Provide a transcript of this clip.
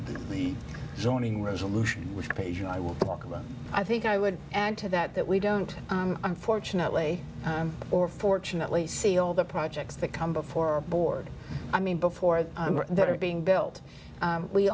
the zoning resolution which page i will talk about i think i would add to that that we don't fortunately or fortunately see all the projects that come before a board i mean before that are being built